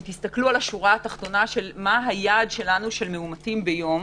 תסתכלו על השורה התחתונה של מה היעד שלנו של מאומתים ביום,